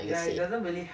is it